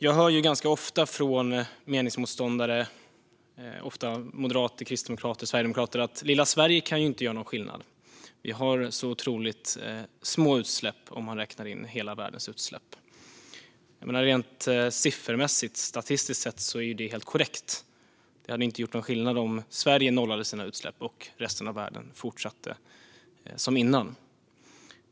Jag hör ganska ofta från meningsmotståndare - ofta moderater, kristdemokrater och sverigedemokrater - att lilla Sverige inte kan göra någon skillnad. Vi har så otroligt små utsläpp om man räknar in hela världens utsläpp. Rent siffermässigt och statistiskt sett är detta helt korrekt. Det hade inte gjort någon skillnad om Sverige nollade sina utsläpp och resten av världen fortsatte som tidigare.